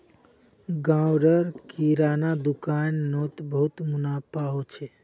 गांव र किराना दुकान नोत बहुत मुनाफा हो छे